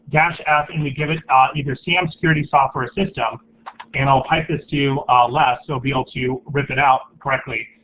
dash f and we give it ah either sam security stop for a system and i'll pipe this to you less, they'll so be able to rip it out correctly.